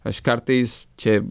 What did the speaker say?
aš kartais čia